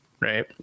right